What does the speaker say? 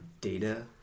data